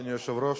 אדוני היושב-ראש,